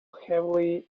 heavily